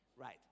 right